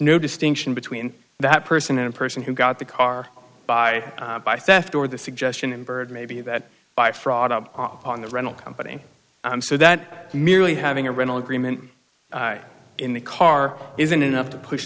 no distinction between that person and a person who got the car by by theft or the suggestion and bird maybe that by fraud on the rental company so that merely having a rental agreement in the car isn't enough to push